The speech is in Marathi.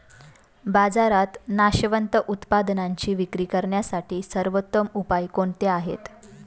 बाजारात नाशवंत उत्पादनांची विक्री करण्यासाठी सर्वोत्तम उपाय कोणते आहेत?